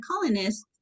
colonists